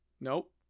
Nope